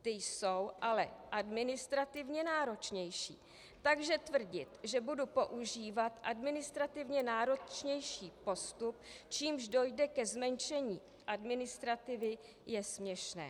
Ta jsou ale administrativně náročnější, takže tvrdit, že budu používat administrativně náročnější postup, čímž dojde ke zmenšení administrativy, je směšné.